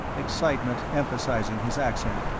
excitement emphasizing his accent,